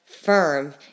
firm